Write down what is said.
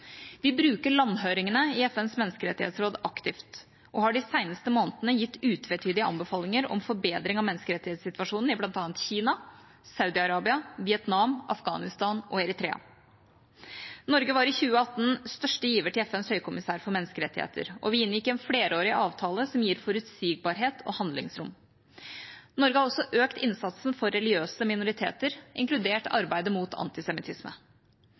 Vi bruker landhøringene i FNs menneskerettighetsråd aktivt og har de seneste månedene gitt utvetydige anbefalinger om forbedring av menneskerettighetssituasjonen i bl.a. Kina, Saudi-Arabia, Vietnam, Afghanistan og Eritrea. Norge var i 2018 største giver til FNs høykommissær for menneskerettigheter, og vi inngikk en flerårig avtale som gir forutsigbarhet og handlingsrom. Norge har også økt innsatsen for religiøse minoriteter, inkludert arbeidet mot antisemittisme.